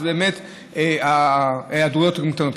באמת ההיעדרויות הן קטנות,